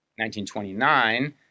1929